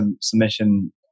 submission